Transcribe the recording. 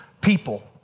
people